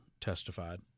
testified